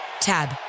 Tab